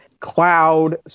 cloud